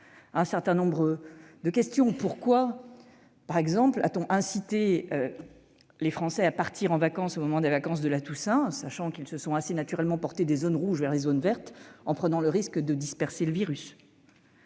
un certain nombre de questions. Pourquoi, par exemple, inciter les Français à partir en vacances en cette période de la Toussaint, sachant qu'ils se sont assez naturellement déplacés des zones rouges vers les zones vertes, prenant ainsi le risque de disperser le virus ?